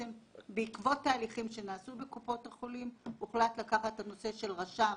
בעקבות תהליכים שנעשו בקופות החולים הוחלט לקחת את הנושא של רשם,